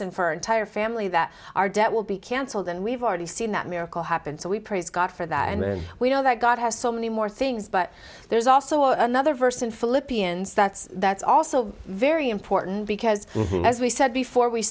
and for entire family that our debt will be cancelled and we've already seen that miracle happen so we praise god for that and we know that god has so many more things but there's also another verse in philippians that's that's also very important because as we said before we